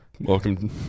Welcome